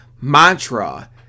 mantra